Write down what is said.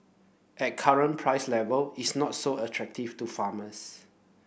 at current price level it's not so attractive to farmers